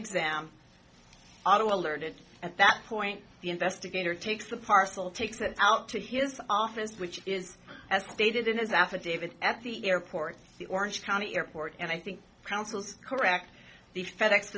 exam auto alerted at that point the investigator takes the parcel takes it out to his office which is as stated in his affidavit at the airport the orange county airport and i think councils correct the fed ex